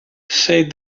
said